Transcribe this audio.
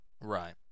Right